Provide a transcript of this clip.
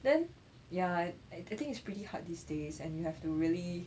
then ya I I think it's pretty hard these days and you have to really